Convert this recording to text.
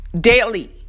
daily